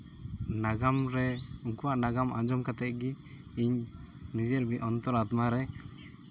ᱱᱟᱜᱟᱢ ᱨᱮ ᱩᱱᱠᱩᱣᱟᱜ ᱱᱟᱜᱟᱢ ᱟᱸᱡᱚᱢ ᱠᱟᱛᱮᱫ ᱜᱮ ᱤᱧ ᱱᱤᱡᱮᱨ ᱚᱱᱛᱚᱨ ᱟᱛᱢᱟ ᱨᱮ